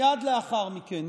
מייד לאחר מכן